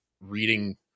reading